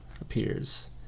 appears